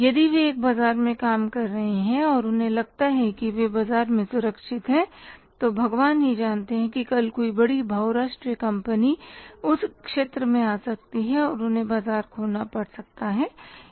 यदि वे एक बाजार में काम कर रहे हैं और उन्हें लगता है कि वे बाजार में सुरक्षित हैं तो भगवान जानते हैं कि कल कोई बड़ी बहु राष्ट्रीय कंपनी उस क्षेत्र में आ सकती है और उन्हें बाजार खोना पड़ सकता है